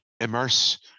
immerse